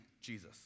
Jesus